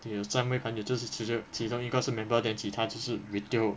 你有三位朋友就是其至其中一个是 member then 其他就是 retail